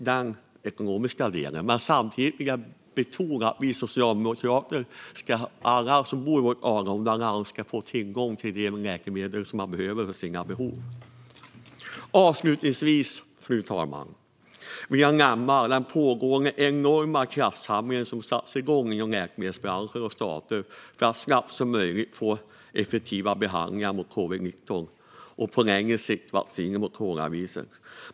Den ekonomiska delen här är jätteviktig, och jag vill betona att vi socialdemokrater tycker att alla som bor i vårt avlånga land ska få tillgång till de läkemedel som man behöver. Avslutningsvis, fru talman, vill jag nämna den pågående enorma kraftsamling som satts igång inom läkemedelsbranscher och stater för att så snabbt som möjligt få fram effektiva behandlingar mot covid-19 och, på längre sikt, vaccin mot coronaviruset.